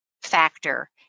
factor